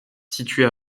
située